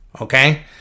Okay